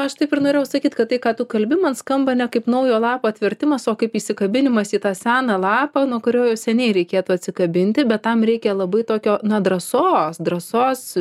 aš taip ir norėjau sakyt kad tai ką tu kalbi man skamba ne kaip naujo lapo atvertimas o kaip įsikabinimas į tą seną lapą nuo kurio jau seniai reikėtų atsikabinti bet tam reikia labai tokio na drąsos drąsos